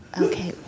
Okay